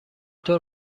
طور